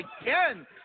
again